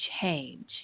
change